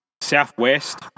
southwest